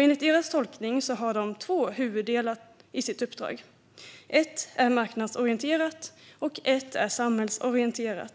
Enligt deras tolkning finns det två huvuddelar i deras uppdrag - en marknadsorienterad del och en samhällsorienterad.